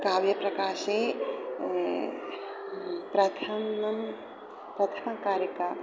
काव्यप्रकाशे प्रथमं प्रथमकारिका